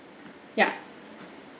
yup